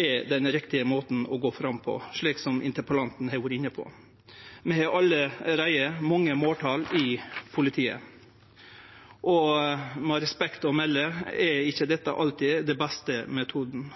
er den riktige måten å gå fram på, slik interpellanten har vore inne på. Det er allereie mange måltal i politiet, og med respekt å melde er ikkje dette alltid den beste metoden.